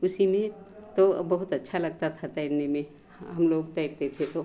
उसी में तो बहुत अच्छा लगता था तैरने में ह हम लोग तैरते थे खूब